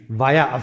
via